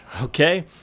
okay